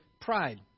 pride